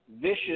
vicious